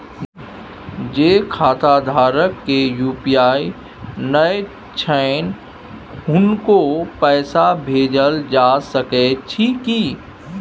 जे खाता धारक के यु.पी.आई नय छैन हुनको पैसा भेजल जा सकै छी कि?